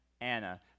Anna